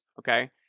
Okay